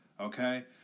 Okay